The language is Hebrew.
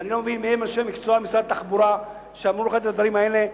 ואני לא מבין מיהם אנשי המקצוע במשרד התחבורה שאמרו לך את הדברים האלה.